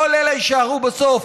כל אלה יישארו בסוף.